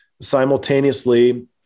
simultaneously